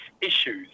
issues